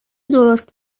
درست